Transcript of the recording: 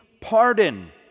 pardon